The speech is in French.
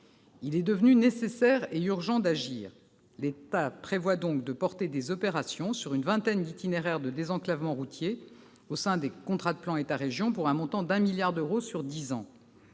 Il est devenu nécessaire et urgent d'agir. L'État prévoit donc de promouvoir des opérations sur une vingtaine d'itinéraires de désenclavement routier au sein des contrats de plan État-région, pour un montant de 1 milliard d'euros sur dix ans.